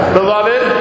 beloved